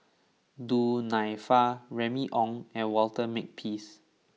Du Nanfa Remy Ong and Walter Makepeace